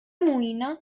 moïna